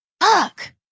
Fuck